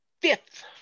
fifth